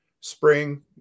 spring